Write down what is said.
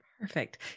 Perfect